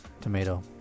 Tomato